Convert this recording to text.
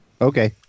Okay